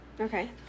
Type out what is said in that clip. Okay